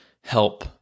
Help